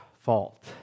fault